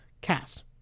cast